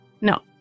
No